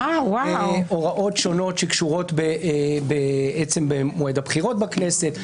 הוראות שונות שקשורות במועד הבחירות לכנסת.